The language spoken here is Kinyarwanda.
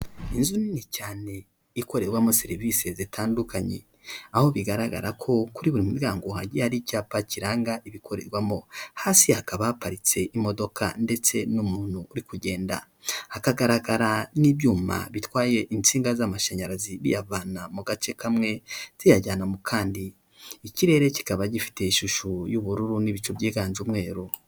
Inzu nini cyane, ikorerwamo serivise zitandukanye, aho bigaragara ko kuri buri muryango hagiye hari icyapa kiranga ibikorerwamo, hasi hakaba haparitse imodoka ndetse n'umuntu uri kugenda, hakagaragara n'ibyuma bitwaye insinga z'amashanyarazi biyavana mu gace kamwe ziyajyana mu kandi, ikirere kikaba gifite ishusho y'ubururu n'ibicu byiganje umweru.